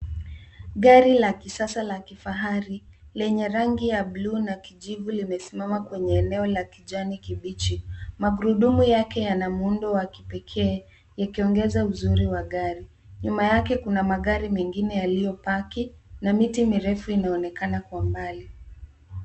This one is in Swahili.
Gari la kisasa la kifahari, lenye rangi ya bluu na kijivu limesimama kwenye eneo la kijani kibichi. Magurudumu yake yana muundo wa kipekee yakiongeza uzuri wa gari. Nyuma yake kuna magari mengine yaliyopaki, na miti mirefu inaonekana kwa mbali.